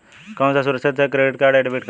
कौन सा सुरक्षित है क्रेडिट या डेबिट कार्ड?